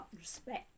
respect